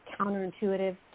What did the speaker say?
counterintuitive